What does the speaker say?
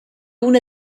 una